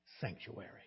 sanctuary